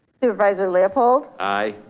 supervisor leopold, aye.